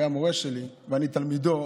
היה מורה שלי ואני תלמידו,